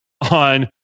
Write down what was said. on